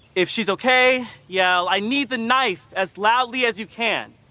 if she's okay. yeah. i need the knife as loudly as you can.